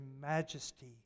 majesty